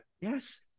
Yes